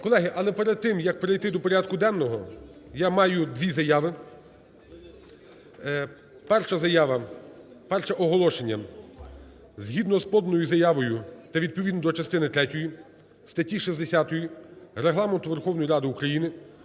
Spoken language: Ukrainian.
Колеги, але перед тим, як перейти до порядку денного, я маю дві заяви. Перша заява… Перше оголошення. Згідно з поданою заявою та відповідно до частини третьої статті 60 Регламенту Верховної Ради України